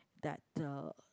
that uh